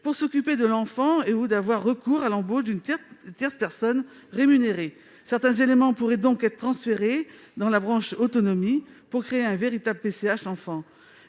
de s'occuper de l'enfant ou d'avoir recours à l'embauche d'une tierce personne rémunérée. Certains éléments pourraient donc être transférés dans la branche autonomie pour créer une véritable PCH Enfant.